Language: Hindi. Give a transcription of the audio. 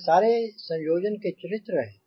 यह सारे संयोजन के चरित्र हैं